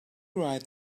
write